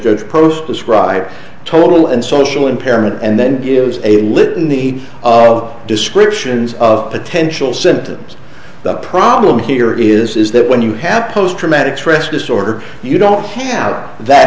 good post described total and social impairment and then gives a litany of descriptions of potential symptoms the problem here is that when you have post traumatic stress disorder you don't have that